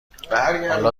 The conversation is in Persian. حالا